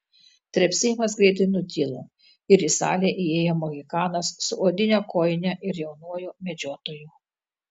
trepsėjimas greitai nutilo ir į salę įėjo mohikanas su odine kojine ir jaunuoju medžiotoju